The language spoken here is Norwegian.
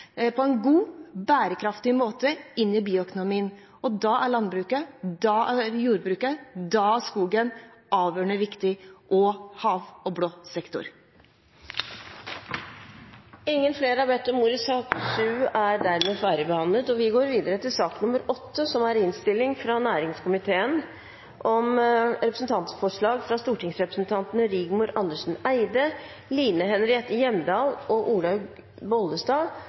på en god, bærekraftig måte, inn i bioøkonomien. Da er landbruket, da er jordbruket, da er skogen – og hav og blå sektor – avgjørende viktig. Flere har ikke bedt om ordet til sak nr. 7. Etter ønske fra næringskomiteen vil presidenten foreslå at taletiden blir begrenset til 5 minutter til hver partigruppe og